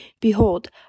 Behold